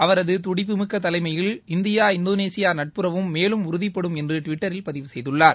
அவரதுதுடிப்புமிக்கதலைமையில் India இந்தோனேஷியாநட்புறவும் மேலும் உறுதிப்படும் என்றுடுவிட்டரில் பதிவு செய்துள்ளார்